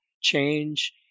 change